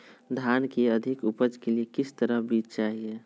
धान की अधिक उपज के लिए किस तरह बीज चाहिए?